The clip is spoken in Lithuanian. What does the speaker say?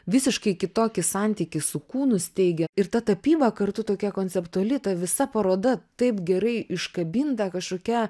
visiškai kitokį santykį su kūnu steigia ir ta tapyba kartu tokia konceptuali ta visa paroda taip gerai iškabinta kažkokia